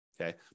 okay